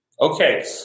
Okay